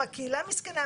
הקהילה מסכנה,